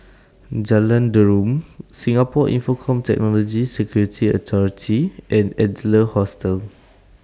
Jalan Derum Singapore Infocomm Technology Security Authority and Adler Hostel